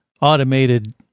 automated